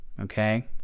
Okay